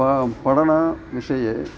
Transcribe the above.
प पठनस्य विषये